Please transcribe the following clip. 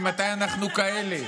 ממתי אנחנו כאלה?